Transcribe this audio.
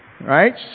right